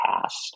past